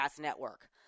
network